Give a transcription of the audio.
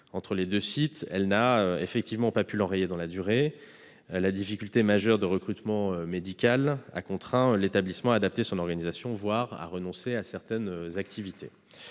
entre les deux sites, elle n'a pu l'enrayer dans la durée, la difficulté majeure de recrutement médical ayant contraint l'établissement à adapter son organisation, voire à renoncer à certaines activités.